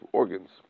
organs